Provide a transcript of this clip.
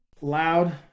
loud